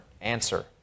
answer